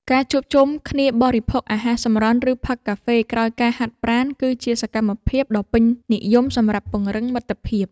ការជួបជុំគ្នាបរិភោគអាហារសម្រន់ ឬផឹកកាហ្វេក្រោយការហាត់ប្រាណ គឺជាសកម្មភាពដ៏ពេញនិយមសម្រាប់ពង្រឹងមិត្តភាព។